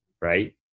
Right